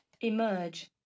emerge